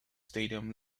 stadium